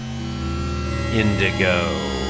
Indigo